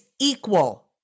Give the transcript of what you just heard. equal